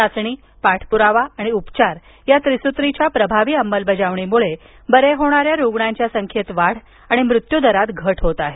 चाचणी पाठप्रावा आणि उपचार या त्रिसूत्रीच्या प्रभावी अंमलबजावणीमुळे बरे होणाऱ्यां रुग्णांच्या संख्येत वाढ आणि मृत्युदरात घट होत आहे